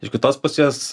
iš kitos pusės